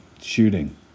shooting